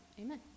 amen